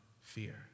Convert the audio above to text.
fear